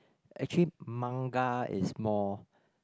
actually Manga is more